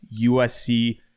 USC